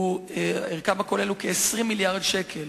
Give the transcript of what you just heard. ערכם הכולל הוא כ-20 מיליארד שקל.